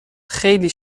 خیلی